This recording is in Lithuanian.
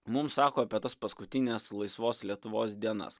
mums sako apie tas paskutines laisvos lietuvos dienas